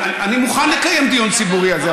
אני מוכן לקיים דיון ציבורי על זה,